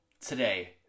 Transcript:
today